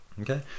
Okay